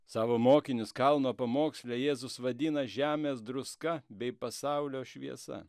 savo mokinius kalno pamoksle jėzus vadina žemės druska bei pasaulio šviesa